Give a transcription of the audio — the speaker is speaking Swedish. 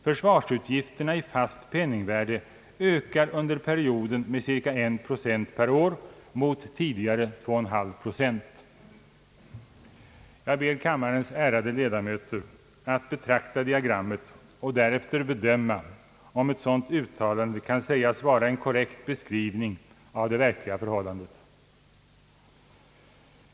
Försvarsutgifterna i fast penningvärde ökar under perioden med ca en procent per år mot tidigare 2,5 procent.» Jag ber kammarens ärade ledamöter att betrakta diagrammet och att därefter bedöma, om ett sådant uttalande kan sägas vara en korrekt beskrivning av det verkliga förhållandet.